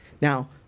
Now